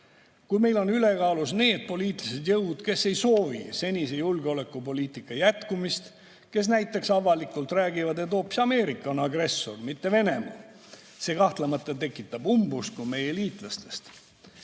kui meil on ülekaalus need poliitilised jõud, kes ei soovi senise julgeolekupoliitika jätkumist, kes näiteks avalikult räägivad, et hoopis Ameerika on agressor, mitte Venemaa. See kahtlemata tekitab meie liitlastes